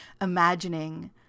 imagining